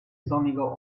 sonniger